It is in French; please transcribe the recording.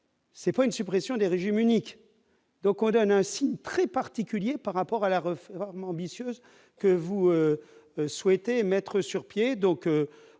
n'est pas une suppression des régimes unique, donc vous donnez un signal très particulier par rapport à la réforme ambitieuse que vous souhaitez mettre sur pied.